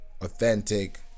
authentic